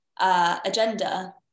agenda